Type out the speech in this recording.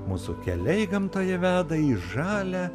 mūsų keliai gamtoje veda į žalią